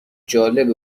جالبه